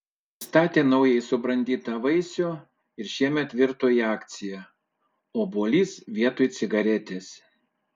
pristatė naujai subrandintą vaisių ir šiemet virto į akciją obuolys vietoj cigaretės